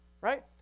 right